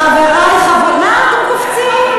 מה אתם קופצים?